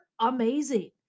amazing